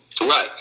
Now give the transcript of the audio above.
right